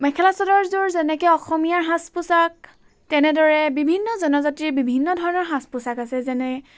মেখেলা চাদৰযোৰ যেনেকৈ অসমীয়াৰ সাজ পোচাক তেনেদৰে বিভিন্ন জনজাতিৰ বিভিন্ন ধৰণৰ সাজ পোচাক আছে যেনে